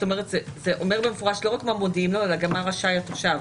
כלומר זה אומר במפורש לא רק מה מודיעים לו אלא גם מה רשאי התושב.